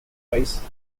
prize